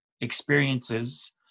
experiences